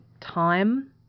time